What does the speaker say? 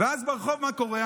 ואז ברחוב, מה קורה?